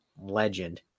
legend